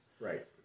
Right